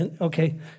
okay